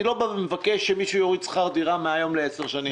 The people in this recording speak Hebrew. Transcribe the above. אני לא מבקש שמישהו יוריד שכר דירה מהיום ועד עוד עשר שנים,